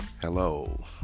Hello